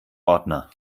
ordner